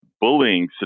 bullying